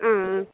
ആ ആ